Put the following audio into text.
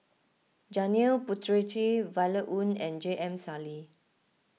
Janil Puthucheary Violet Oon and J M Sali